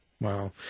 Wow